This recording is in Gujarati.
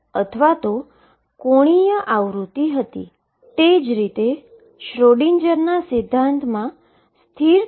ચાલો આપણે કેવી રીતે સોલ્વેંસી સમીકરણ ઉપર જઈએ તે હવે જોઈએ